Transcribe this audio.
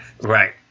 Right